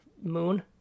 Moon